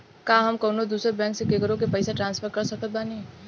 का हम कउनों दूसर बैंक से केकरों के पइसा ट्रांसफर कर सकत बानी?